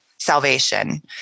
salvation